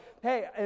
hey